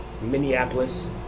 Minneapolis